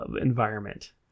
environment